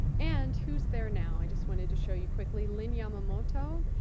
and, who's there now? i just wanted to show you quickly. lynne yamamoto,